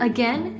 Again